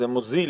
זה מוזיל